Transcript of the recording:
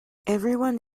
everyone